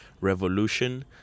revolution